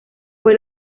fue